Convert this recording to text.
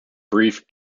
brief